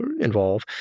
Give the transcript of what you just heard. involve